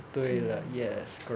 mm